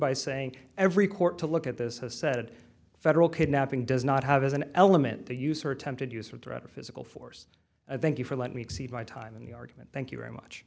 by saying every court to look at this has said federal kidnapping does not have as an element the use or attempted use of direct physical force and thank you for let me exceed my time in the argument thank you very much